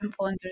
influencers